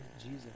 Jesus